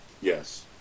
Yes